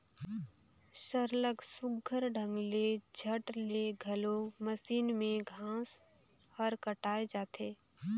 सरलग सुग्घर ढंग ले झट ले घलो मसीन में घांस हर कटाए जाथे